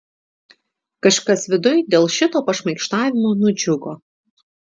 kažkas viduj dėl šito pašmaikštavimo nudžiugo